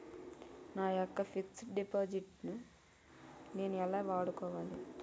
నా యెక్క fixed deposit ను నేను ఎలా వాడుకోవాలి?